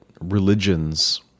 religions